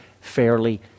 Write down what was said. fairly